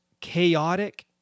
chaotic